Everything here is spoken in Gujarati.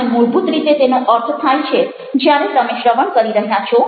અને મૂળ્ભૂત રીતે તેનો અર્થ થાય છે જ્યારે તમે શ્રવણ કરી રહ્યા છો